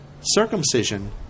circumcision